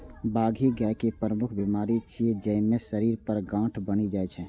बाघी गाय के प्रमुख बीमारी छियै, जइमे शरीर पर गांठ बनि जाइ छै